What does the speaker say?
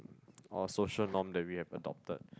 or social norm that we have adopted